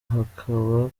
hakaba